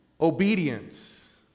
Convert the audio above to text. Obedience